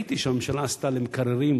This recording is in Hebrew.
וראיתי מה שהממשלה עשתה במקררים.